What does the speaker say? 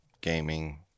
gaming